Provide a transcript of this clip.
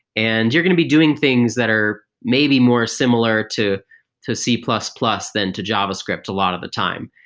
and you're going to be doing things that are maybe more similar to to c plus plus than to javascript a lot of the time.